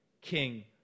king